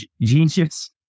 genius